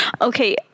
Okay